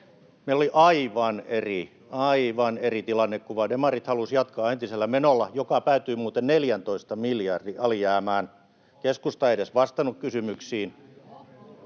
eri — aivan eri — tilannekuva. Demarit halusivat jatkaa entisellä menolla, joka päätyi muuten 14 miljardin alijäämään. Keskusta ei edes vastannut kysymyksiin.